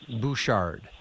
Bouchard